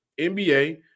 NBA